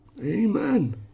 Amen